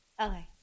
Okay